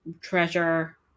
treasure